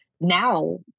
Now